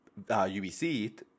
UBC